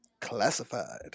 Classified